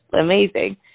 amazing